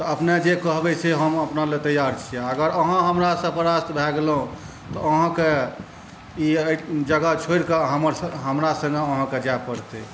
तऽ अपने जे कहबै से हम अपनालए तैआर छी अगर अहाँ हमरासँ परास्त भऽ गेलहुँ तऽ अहाँके ई जगह छोड़िकऽ हमर हमरा सङ्गे अहाँके जाइ पड़तै